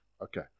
Okay